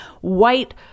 white